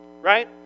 Right